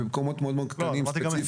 אלה מקומות מאוד קטנים ספציפיים.